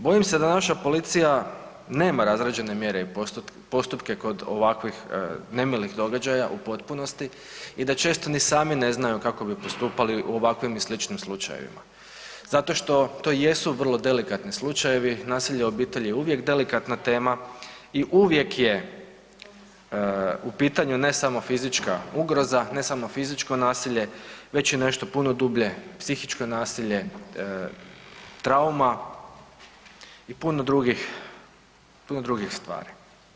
Bojim se da naša policija nema razrađene mjere i postupke kod ovakvih nemilih događaja u potpunosti i da često ni sami ne znaju kako bi postupali u ovakvim i sličnim slučajevima zato što to jesu vrlo delikatni slučajevi, nasilje u obitelji je uvijek delikatna tema i uvijek je u pitanju ne samo fizička ugroza, ne samo fizičko nasilje već i nešto punu dublje, psihičko nasilje, trauma i puno drugih stvari.